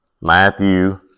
Matthew